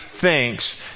Thinks